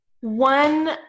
One